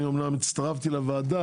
אני אמנם הצטרפתי לוועדה,